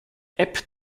app